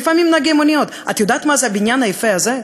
לפעמים נהגי מוניות: את יודעת מה זה הבניין היפה הזה?